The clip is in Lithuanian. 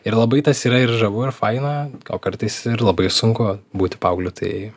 ir labai tas yra ir žavu ir faina o kartais labai sunku būti paaugliu tai